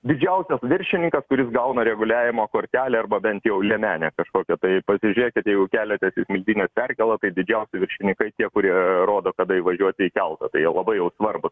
didžiausias viršininkas kuris gauna reguliavimo kortelę arba bent jau liemenę kažkokią tai pasižiūrėkit jeigu keliates smiltynės perkėlą tai didžiausi viršininkai tie kurie rodo kada įvažiuoti į keltą tai jie labai jau svarbūs